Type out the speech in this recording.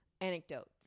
anecdotes